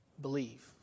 believe